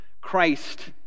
Christ